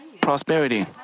prosperity